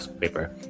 paper